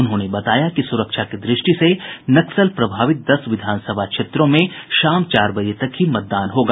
उन्होंने बताया कि सुरक्षा की दृष्टि से नक्सल प्रभावित दस विधानसभा क्षेत्रों में शाम चार बजे तक ही मतदान होगा